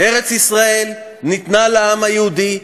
ארץ-ישראל ניתנה לעם היהודי,